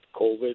COVID